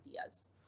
ideas